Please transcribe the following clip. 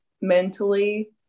mentally